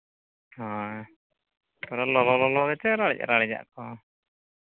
ᱦᱳᱭ ᱞᱚᱞᱚ ᱜᱮᱪᱮ ᱞᱟᱲᱮᱡᱟᱜ ᱠᱚ